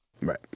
Right